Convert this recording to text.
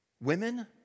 women